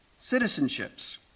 citizenships